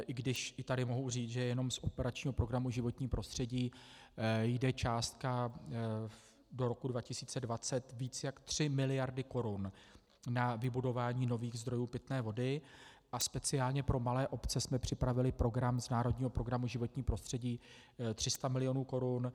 I když i tady mohu říct, že jenom z operačního programu Životní prostředí jde částka do roku 2020 více než 3 miliardy korun na vybudování nových zdrojů pitné vody a speciálně pro malé obce jsme připravili program z národního programu Životní prostředí 300 mil. korun.